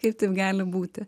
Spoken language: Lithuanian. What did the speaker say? kaip taip gali būti